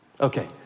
Okay